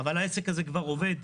אבל העסק הזה כבר עובד.